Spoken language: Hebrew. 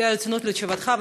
בשיא הרצינות לתשובתך,